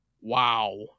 Wow